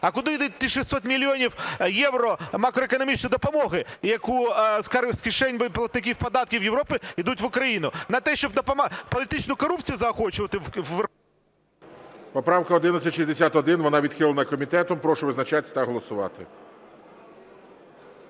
а куди йдуть ті 600 мільйонів євро макроекономічної допомоги, які з кишень платників податків Європи, ідуть в Україну? На те, щоб політичну корупцію заохочувати в… ГОЛОВУЮЧИЙ. Поправка 1161, вона відхилена комітетом. Прошу визначатись та голосувати.